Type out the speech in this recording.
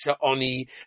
oni